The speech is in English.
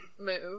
move